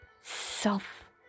self